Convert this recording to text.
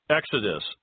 Exodus